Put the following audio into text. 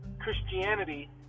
Christianity